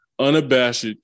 unabashed